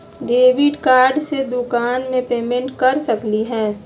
Debit card से दुकान में पेमेंट कर सकली हई?